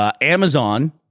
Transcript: Amazon